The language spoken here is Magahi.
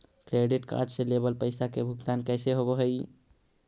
क्रेडिट कार्ड से लेवल पैसा के भुगतान कैसे होव हइ?